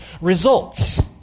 results